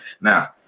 Now